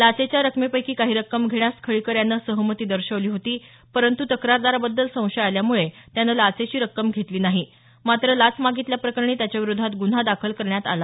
लाचेच्या रकमेपैकी काही रक्कम घेण्यास खळीकर याने सहमती दर्शवली होती परंतु तक्रारदाराबद्दल संशय आल्यामुळे त्याने लाचेची रक्कम घेतली नाही मात्र लाच मागितल्याप्रकरणी त्याच्याविरोधात गुन्हा दाखल करण्यात आला